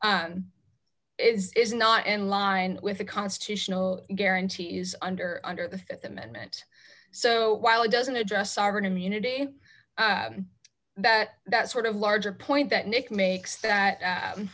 is not in line with a constitutional guarantee is under under the th amendment so while it doesn't address sovereign immunity that that sort of larger point that nick makes that